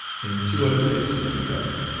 in two other places on the cover.